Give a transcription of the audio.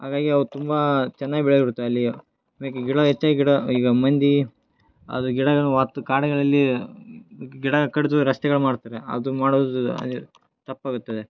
ಹಾಗಾಗಿ ಅವು ತುಂಬಾ ಚೆನ್ನಾಗಿ ಬೆಳೆ ಬಿಡ್ತವೆ ಅಲ್ಲಿಯ ಆಮ್ಯಾಕೆ ಗಿಡ ಹೆಚ್ಚಾಗಿ ಗಿಡ ಈಗ ಮಂದಿ ಅದು ಗಿಡಗಳು ವಾತು ಕಾಡುಗಳಲ್ಲಿ ಗಿಡ ಕಡಿದು ರಸ್ತೆಗಳ್ ಮಾಡುತ್ತಾರೆ ಅದು ಮಾಡೋದು ತಪ್ಪಾಗುತ್ತದೆ